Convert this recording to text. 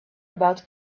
about